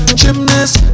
gymnast